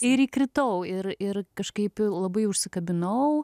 ir įkritau ir ir kažkaip labai užsikabinau